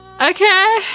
Okay